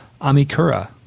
Amikura